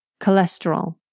cholesterol